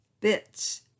bits